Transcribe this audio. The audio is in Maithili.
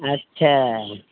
अच्छा